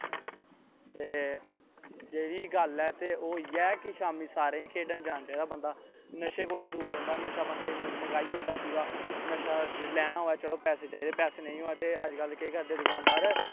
ते जेह्ड़ी गल्ल ऐ ते ओह् इ'यै कि शाम्मी सारें गी खेढन जाना ताहीं दा बंदा नशे कोला दूर रौंह्दा नशा बंदे गी मकाई ओड़दा पूरा नशा लैना होऐ चलो पैसे चाहिदे पैसे नेईं होऐ ते अजकल्ल केह् करदे दुकानदार